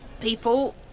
people